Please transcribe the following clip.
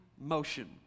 Motion